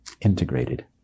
integrated